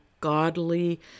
godly